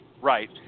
Right